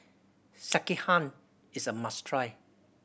sekihan is a must try